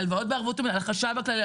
על החשב הכללי.